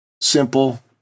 Simple